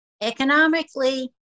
Economically